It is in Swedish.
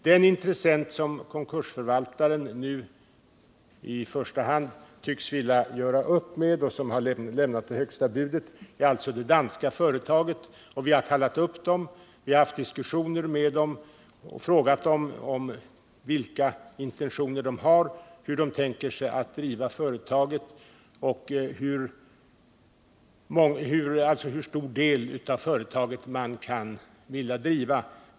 Den intressent som konkursförvaltaren nu i första hand tycks vilja göra upp med och som lämnat högsta anbudet är det danska företaget. Vi har kallat upp dess representanter, haft diskussioner med dem och frågat dem vilka intentioner de har, hur de tänker sig att driva företaget och hur stor del av företaget de kan vilja driva.